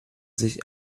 sich